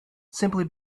simply